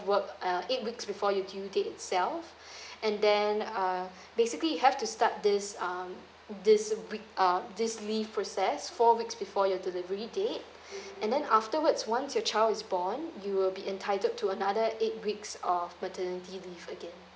work uh eight weeks before your due date itself and then um basically have to start this um this uh week uh this leave process four weeks before your delivery date and then afterwards once your child is born you'll be entitled to another eight weeks of paternity leave again